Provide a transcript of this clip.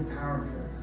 powerful